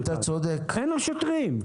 אין לו שוטרים.